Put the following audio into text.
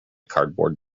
cardboard